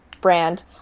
Brand